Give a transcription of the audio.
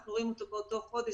אנחנו רואים אותו באותו חודש.